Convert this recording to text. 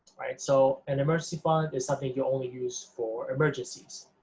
alright, so an emergency fund is something you only use for emergencies.